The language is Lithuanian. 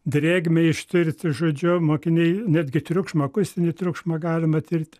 drėgmei ištirti žodžiu mokiniai netgi triukšmą akustinį triukšmą galime tirti